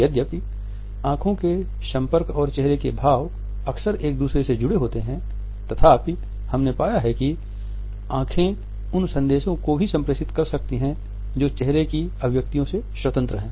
यद्यपि आंखों के संपर्क और चेहरे के भाव अक्सर एक दूसरे से जुड़े होते हैं तथापि हमने पाया है कि आँखें उन संदेशों को भी संप्रेषित कर सकती हैं जो चेहरे की अभिव्यक्ति से स्वतंत्र है